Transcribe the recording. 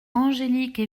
angélique